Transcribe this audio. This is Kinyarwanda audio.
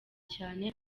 cyane